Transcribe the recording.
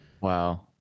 Wow